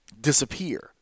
disappear